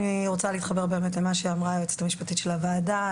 אני רוצה להתחבר באמת למה שאמרה היועצת המשפטית של הוועדה,